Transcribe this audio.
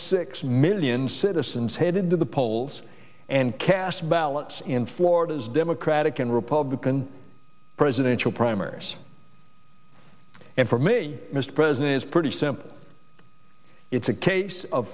six million citizens headed to the polls and cast ballots in florida's democratic and republican presidential primaries and for me mr president it's pretty simple it's a case of